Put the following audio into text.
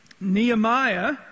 Nehemiah